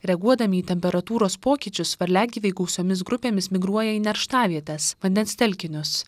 reaguodami į temperatūros pokyčius varliagyviai gausiomis grupėmis migruoja į nerštavietes vandens telkinius